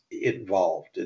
involved